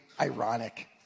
ironic